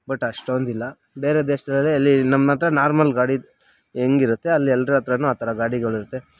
but ಅಷ್ಟೊಂದಿಲ್ಲ ಬೇರೆ ದೇಶದಲ್ಲಿ ಅಲ್ಲಿ ನಮ್ಮ ಹತ್ರ ನಾರ್ಮಲ್ ಗಾಡಿ ಹೆಂಗಿರುತ್ತೆ ಅಲ್ಲಿ ಎಲ್ರ ಹತ್ರನು ಆ ಥರ ಗಾಡಿಗಳು ಇರುತ್ತೆ